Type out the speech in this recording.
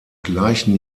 gleichen